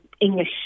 English